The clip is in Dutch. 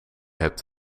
hebt